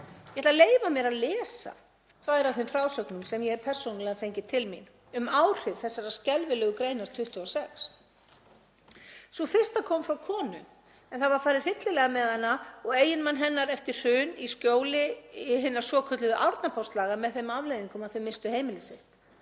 Ég ætla að leyfa mér að lesa tvær af þeim frásögnum sem ég hef persónulega fengið til mín um áhrif þessarar skelfilegu greinar, 26. gr. Sú fyrsta kom frá konu en það var farið hryllilega með hana og eiginmann hennar eftir hrun í skjóli hinna svokölluðu Árna Páls-laga með þeim afleiðingum að þau misstu heimili sitt.